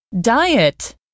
diet